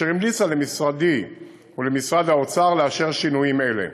אשר המליצה למשרדי ולמשרד האוצר לאשר שינויים אלה.